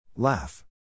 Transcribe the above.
Laugh